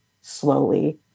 slowly